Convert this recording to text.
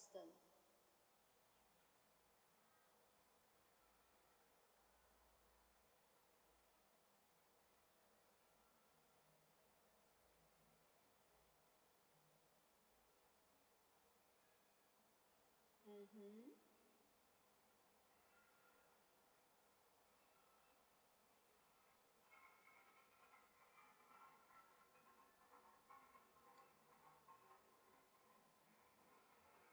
mmhmm